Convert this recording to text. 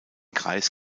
kreis